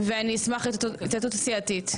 אני אשמח להתייעצות סיעתית.